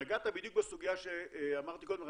נגעת בדיוק בסוגיה שאמרתי קודם לכן,